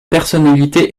personnalité